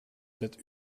dit